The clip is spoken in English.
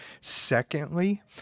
Secondly